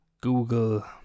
google